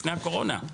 לפני הקורונה.